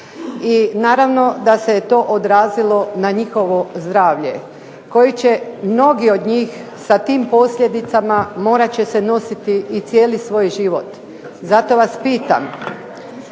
i naravno da se je to odrazilo na njihovo zdravlje, koji će mnogi od njih sa tim posljedicama morat će se nositi i cijeli svoj život. Zato vas pitam,